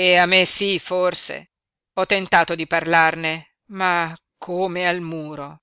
e a me sí forse ho tentato di parlarne ma come col muro